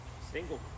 Single